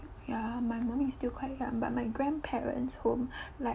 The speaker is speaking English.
ya my mum is still quite young but my grandparents whom like